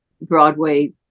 Broadway